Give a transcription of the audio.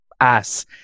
ass